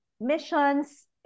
missions